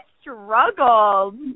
struggled